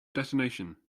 detonation